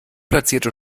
platzierte